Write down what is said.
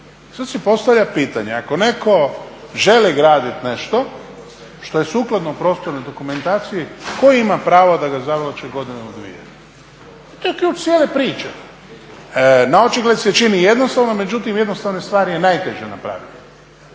Sad se postavlja pitanje ako netko želi gradit nešto što je sukladno prostornoj dokumentaciji tko ima pravo da ga zavlači godinu ili dvije. To je ključ cijele priče. Naočigled se čini jednostavno, međutim jednostavne stvari je najteže napraviti